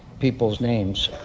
people's names.